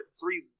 three